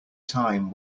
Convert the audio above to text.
time